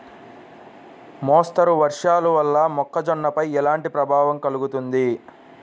మోస్తరు వర్షాలు వల్ల మొక్కజొన్నపై ఎలాంటి ప్రభావం కలుగుతుంది?